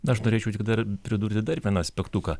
aš norėčiau tik dar pridurti dar vieną aspektuką